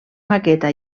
maqueta